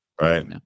right